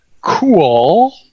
cool